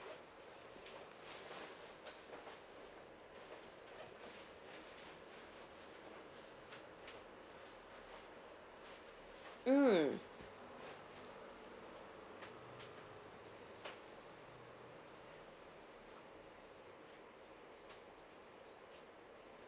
mm